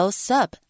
sub